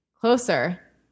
Closer